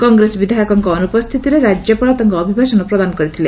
କଂଗ୍ରେସ ବିଧାୟକଙ୍କ ଅନୁପସ୍ଚିତିରେ ରାଜ୍ୟପାଳ ତାଙ୍କ ଅଭିଭାଷଣ ପ୍ରଦାନ କରିଥିଲେ